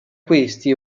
questi